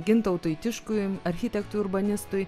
gintautui tiškui architektui urbanistui